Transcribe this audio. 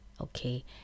okay